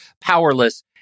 powerless